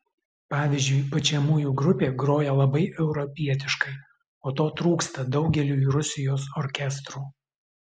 pavyzdžiui pučiamųjų grupė groja labai europietiškai o to trūksta daugeliui rusijos orkestrų